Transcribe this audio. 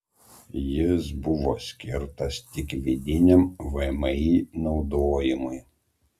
jis buvo skirtas tik vidiniam vmi naudojimui